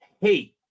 hate